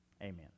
Amen